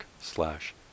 slash